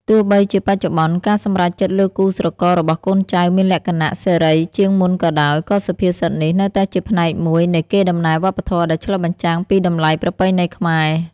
ទោះបីជាបច្ចុប្បន្ន ការសម្រេចចិត្តលើគូស្រកររបស់កូនចៅមានលក្ខណៈសេរីជាងមុនក៏ដោយ ក៏សុភាសិតនេះនៅតែជាផ្នែកមួយនៃកេរដំណែលវប្បធម៌ដែលឆ្លុះបញ្ចាំងពីតម្លៃប្រពៃណីខ្មែរ។